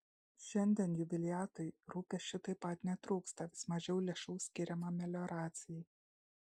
šiandien jubiliatui rūpesčių taip pat netrūksta vis mažiau lėšų skiriama melioracijai